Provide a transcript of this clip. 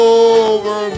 over